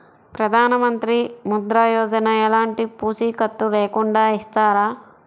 ప్రధానమంత్రి ముద్ర యోజన ఎలాంటి పూసికత్తు లేకుండా ఇస్తారా?